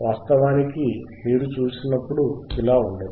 వాస్తవానికి మీరు చూసినప్పుడు ఇలా ఉండదు